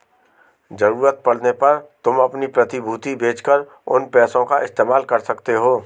ज़रूरत पड़ने पर तुम अपनी प्रतिभूति बेच कर उन पैसों का इस्तेमाल कर सकते हो